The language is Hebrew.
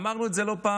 ואמרנו את זה לא פעם: